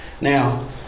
Now